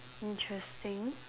interesting